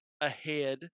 ahead